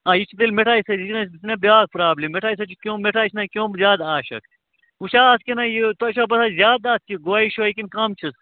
آ یہِ چھِ تیٚلہِ مِٹھایہِ سٍتۍ یہِ چھِنا بیٛاکھ پرٛابلِم مِٹھایہِ سٍتۍ چھُ کیٛوٚم مِٹھایہِ چھِنا کیٛوٚم زیادٕ عاشق وۅنۍ چھا اتھ کِنہٕ یہِ تۅہہِ چھُو باسان زیادٕ اَتھ یہِ گویہِ شویہِ کِنۍ کَم چھِس